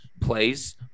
plays